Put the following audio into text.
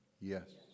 Yes